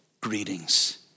greetings